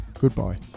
Goodbye